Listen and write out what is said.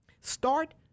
Start